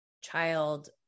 child